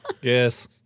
Yes